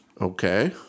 Okay